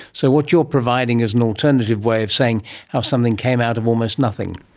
so what you're providing is an alternative way of saying how something came out of almost nothing.